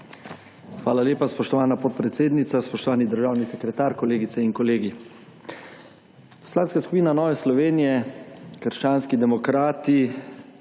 Hvala lepa, spoštovana podpredsednica. Spoštovani državni sekretar, kolegice in kolegi! Poslanska skupina Nove Slovenije – krščanski demokrati